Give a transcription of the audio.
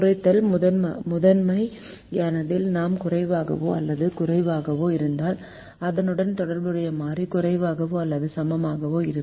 குறைத்தல் முதன்மையானதில் நான் குறைவாகவோ அல்லது குறைவாகவோ இருந்தால் அதனுடன் தொடர்புடைய மாறி குறைவாகவோ அல்லது சமமாகவோ இருக்கும்